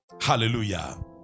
hallelujah